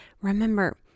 Remember